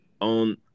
on